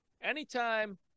Anytime